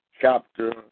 chapter